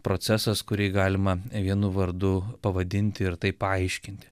procesas kurį galima vienu vardu pavadinti ir tai paaiškinti